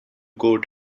coat